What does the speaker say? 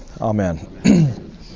amen